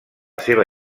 seva